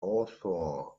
author